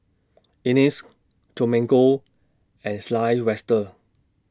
Ines Domingo and Sylvester